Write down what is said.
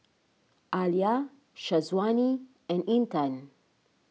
Alya Syazwani and Intan